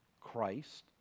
Christ